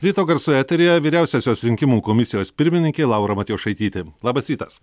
ryto garsų eteryje vyriausiosios rinkimų komisijos pirmininkė laura matjošaitytė labas rytas